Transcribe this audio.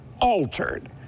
altered